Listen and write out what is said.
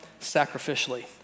sacrificially